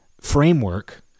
framework